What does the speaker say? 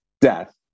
Death